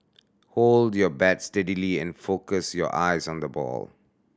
hold your bat steadily and focus your eyes on the ball